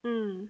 mm